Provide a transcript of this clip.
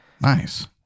Nice